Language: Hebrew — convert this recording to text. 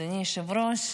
אדוני היושב-ראש,